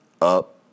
up